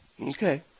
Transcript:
Okay